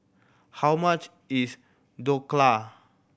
how much is Dhokla